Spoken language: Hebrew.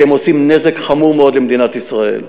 שעושים נזק חמור מאוד למדינת ישראל.